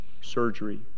surgery